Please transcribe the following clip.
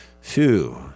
phew